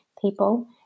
people